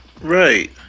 Right